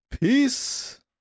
Peace